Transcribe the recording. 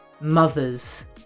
mothers